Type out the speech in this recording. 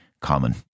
common